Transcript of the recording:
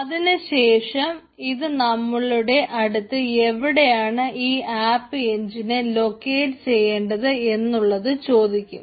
അതിനുശേഷം അത് നമ്മളുടെ അടുത്ത് എവിടെയാണ് ഈ ആപ്പ് എൻജിനെ ലൊക്കേറ്റ് ചെയ്യേണ്ടത് എന്നുള്ളത് ചോദിക്കും